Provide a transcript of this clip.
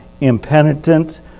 impenitent